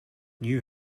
new